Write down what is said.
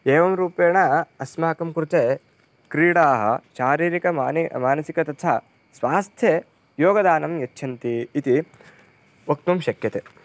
एवं रूपेण अस्माकं कृते क्रीडाः शारीरिकं मानि मानसिकं तत् सा स्वास्थ्ये योगदानं यच्छन्ति इति वक्तुं शक्यते